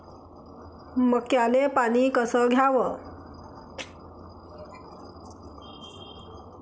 मक्याले पानी कस द्याव?